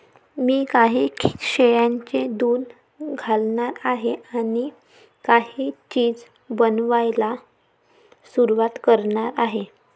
मी काही शेळ्यांचे दूध घालणार आहे आणि काही चीज बनवायला सुरुवात करणार आहे